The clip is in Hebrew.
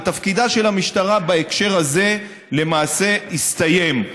ותפקידה של המשטרה בהקשר הזה למעשה הסתיים.